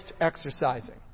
exercising